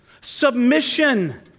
submission